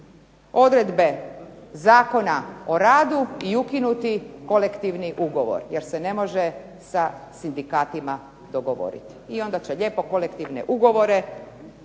odredbe Zakona o radu i ukinuti kolektivni ugovor, jer se ne može sa sindikatima dogovoriti, onda će lijepo kolektivne ugovore